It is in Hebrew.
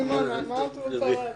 סימונה מאוד רוצה להגיד.